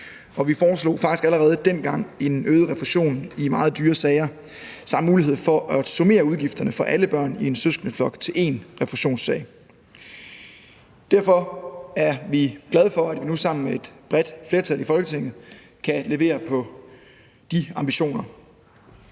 vi foreslog faktisk allerede dengang en øget refusion i meget dyre sager samt muligheden for at summere udgifterne for alle børn i en søskendeflok i én refusionssag. Derfor er vi glade for, at vi nu sammen med et bredt flertal i Folketinget kan levere på de ambitioner.